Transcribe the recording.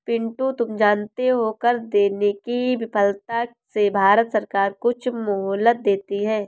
पिंटू तुम जानते हो कर देने की विफलता से भारत सरकार कुछ मोहलत देती है